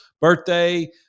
birthday